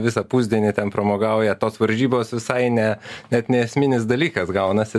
visą pusdienį ten pramogauja tos varžybos visai ne net ne esminis dalykas gaunasi